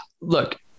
look